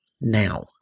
now